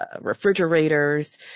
refrigerators